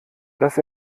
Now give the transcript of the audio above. dass